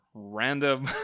random